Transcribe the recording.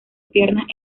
piernas